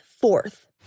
fourth